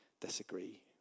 disagree